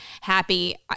happy